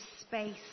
space